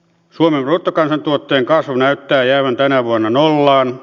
suomen bruttokansantuotteen kasvu näyttää jäävän tänä vuonna nollaan